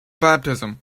baptism